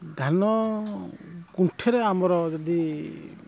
ଧାନ ଗୁଣ୍ଠେରେ ଆମର ଯଦି